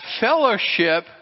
fellowship